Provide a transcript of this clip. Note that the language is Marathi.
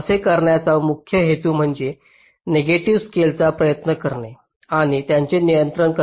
असे करण्याचा मुख्य हेतू म्हणजे नेगेटिव्ह स्लॅकचा प्रयत्न करणे आणि त्यांचे नियंत्रण करणे